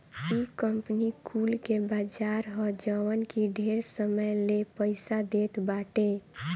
इ कंपनी कुल के बाजार ह जवन की ढेर समय ले पईसा देत बाटे